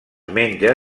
menja